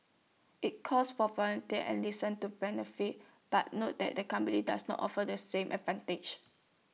IT calls for volunteers and listen to benefits but noted that the company does not offer the same advantages